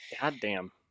goddamn